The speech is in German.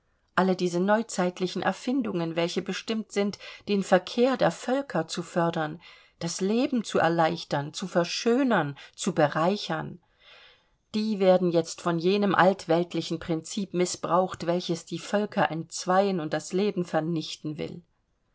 alle diese neuzeitlichen erfindungen welche bestimmt sind den verkehr der völker zu fördern das leben zu erleichtern zu verschönern zu bereichern die werden jetzt von jenem altweltlichen prinzip mißbraucht welches die völker entzweien und das leben vernichten will